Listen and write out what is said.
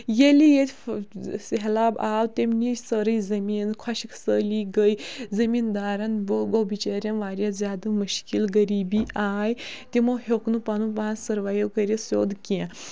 ییٚلہِ ییٚتہِ سہلاب آو تٔمۍ نی سٲری زٔمیٖن خۄشِک سٲلی گٔے زٔمیٖندارَن گوٚو گوٚو بِچارٮ۪ن واریاہ زیادٕ مُشکِل غریٖبی آیہِ تِمو ہیٚوٚک نہٕ پَنُن پان سٔرویو کٔرِتھ سیوٚد کیٚنٛہہ